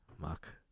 Mark